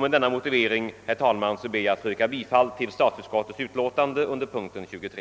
Med denna motivering, herr talman, ber jag att få yrka bifall till statsutskottets utlåtande under punkten 23.